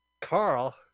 carl